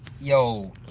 yo